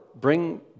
bring